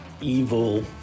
evil